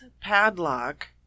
padlock